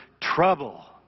trouble